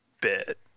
bit